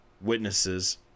witnesses